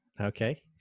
Okay